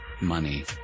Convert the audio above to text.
money